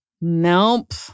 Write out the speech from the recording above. Nope